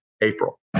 april